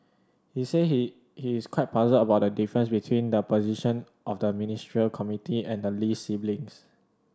he said he he is quite puzzled about the difference between the position of the Ministerial Committee and the Lee siblings